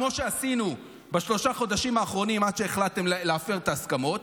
כמו שעשינו בשלושת החודשים האחרונים עד שהחלטתם להפר את ההסכמות,